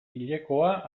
hilekoa